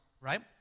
right